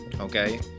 okay